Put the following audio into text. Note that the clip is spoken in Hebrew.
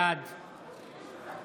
בעד